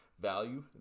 value